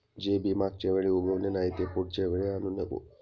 जे बी मागच्या वेळी उगवले नाही, ते पुढच्या वेळी आणू नको